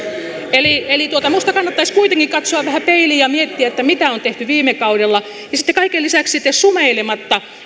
eli eli minusta kannattaisi kuitenkin katsoa vähän peiliin ja miettiä mitä on tehty viime kaudella ja sitten kaiken lisäksi te sumeilematta